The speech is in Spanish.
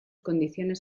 condiciones